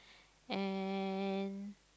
and